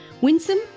Winsome